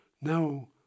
Now